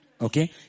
Okay